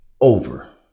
over